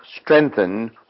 strengthen